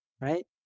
right